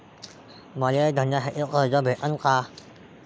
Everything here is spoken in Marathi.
मले धंद्यासाठी कर्ज भेटन का?